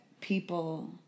people